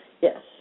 Yes